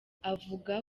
avuga